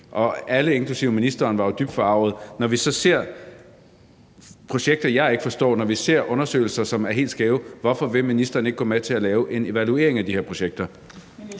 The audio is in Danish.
Alle, inklusive ministeren, var dybt forarget. Når vi så ser projekter, jeg ikke forstår, og når vi ser undersøgelser, som er helt skæve, hvorfor vil ministeren så ikke gå med til at lave en evaluering af de her projekter?